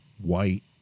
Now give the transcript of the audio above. white